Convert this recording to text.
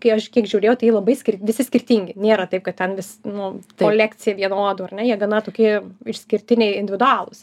kai aš kiek žiūrėjau tai jie labai skir visi skirtingi nėra taip kad ten vis nu kolekcija vienodų ar ne jie gana tokie išskirtiniai individualūs